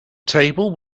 table